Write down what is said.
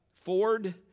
Ford